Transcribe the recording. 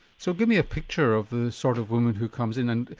so give me a picture of the sort of woman who comes in?